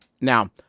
Now